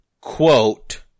quote